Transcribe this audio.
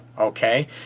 Okay